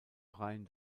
brian